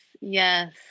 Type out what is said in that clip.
Yes